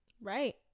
right